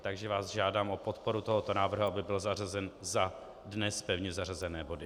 Takže vás žádám o podporu tohoto návrhu, aby byl zařazen za dnes pevně zařazené body.